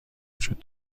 وجود